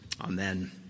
Amen